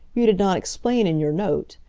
you did not explain in your note.